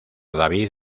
david